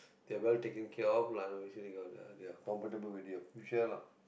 they're well taken care of lah make sure they got ah comfortable with their future lah